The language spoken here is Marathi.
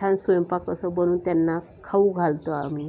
छान स्वयंपाक असं बनवून त्यांना खाऊ घालतो आम्ही